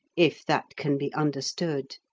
if that can be understood.